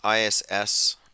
ISS